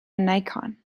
nikon